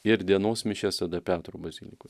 ir dienos mišias tada petro bazilikoj